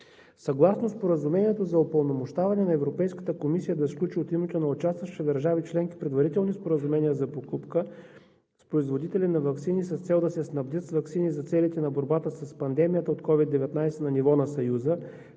Съгласно споразумението за упълномощаване на Европейската комисия да сключи от името на участващите държави членки предварителни споразумения за покупка с производителя на ваксини с цел да се снабдят с ваксини за целите на борбата с пандемията от COVID-19 на ниво на Съюза,